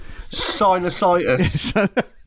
Sinusitis